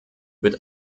wird